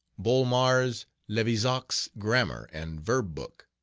bolmar's levizac's grammar and verb book.